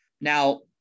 Now